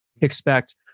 expect